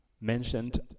mentioned